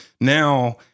now